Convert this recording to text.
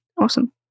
Awesome